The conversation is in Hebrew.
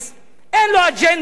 אין לו אג'נדה על מה לדבר,